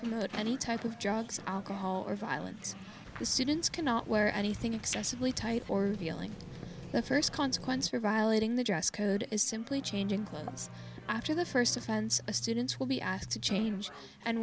be any type of drugs alcohol or violent the students cannot wear anything excessively tight or feeling the first consequence for violating the dress code is simply changing clothes after the first offense students will be asked to change and